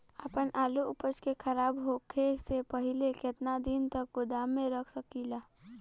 आपन आलू उपज के खराब होखे से पहिले केतन दिन तक गोदाम में रख सकिला?